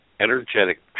energetic